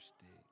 stick